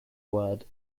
word